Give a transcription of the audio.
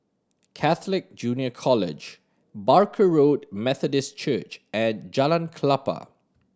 Catholic Junior College Barker Road Methodist Church and Jalan Klapa